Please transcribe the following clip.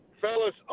Fellas